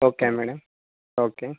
okay madam okay